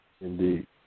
Indeed